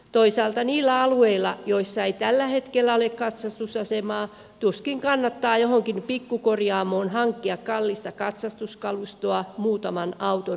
toisaalta niillä alueilla joilla ei tällä hetkellä ole katsastusasemaa tuskin kannattaa johonkin pikkukorjaamoon hankkia kallista katsastuskalustoa muutaman auton katsastusta varten